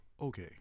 Okay